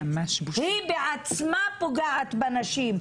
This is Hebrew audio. היא בעצמה פוגעת בנשים,